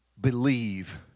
believe